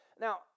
Now